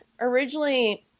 originally